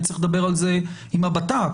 וצריך לדבר על זה עם הבט"פ,